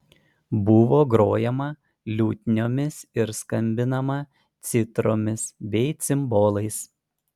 buvo grojama liutniomis ir skambinama citromis bei cimbolais